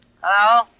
Hello